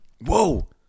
Whoa